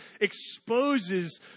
exposes